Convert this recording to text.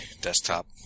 desktop